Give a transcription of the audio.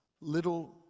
little